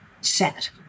set